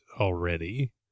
already